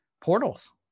portals